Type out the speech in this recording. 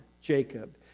Jacob